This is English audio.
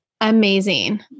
amazing